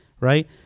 right